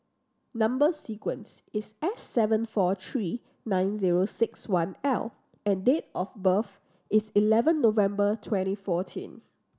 number sequence is S seven four three nine zero six one L and date of birth is eleven November twenty fourteen